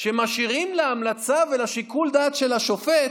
שמשאירים להמלצה ולשיקול הדעת של השופט,